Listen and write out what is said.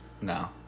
No